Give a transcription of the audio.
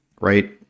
right